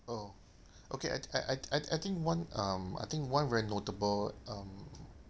oh okay I I I I think one um I think one very notable um